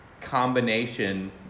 combination